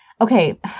okay